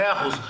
מאה אחוז.